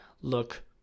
look